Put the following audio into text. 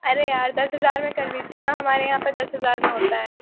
ارے یار دس ہزار میں کر دیجیے نا ہمارے یہاں پہ دس ہزار میں ہوتا ہے